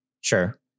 Sure